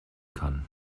kann